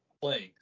playing